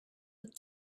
with